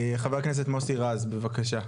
חבר הכנסת מוסי רז, בבקשה.